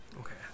Okay